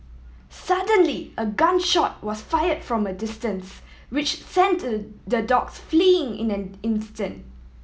suddenly a gun shot was fired from a distance which sent the dogs fleeing in an instant